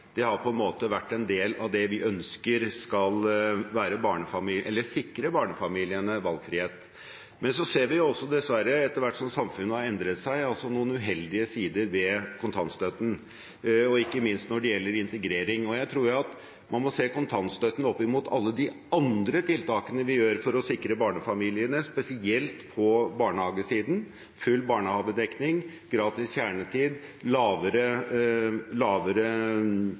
fordi det på en måte har vært en del av det vi ønsker skal sikre barnefamiliene valgfrihet. Men så ser vi også, dessverre, etter hvert som samfunnet har endret seg, noen uheldige sider ved kontantstøtten, ikke minst når det gjelder integrering. Her tror jeg at man må se kontantstøtten opp mot alle de andre tiltakene vi gjør for å sikre barnefamiliene, spesielt på barnehagesiden: full barnehagedekning, gratis kjernetid, lavere